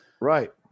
Right